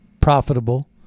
profitable